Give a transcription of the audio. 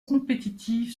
compétitive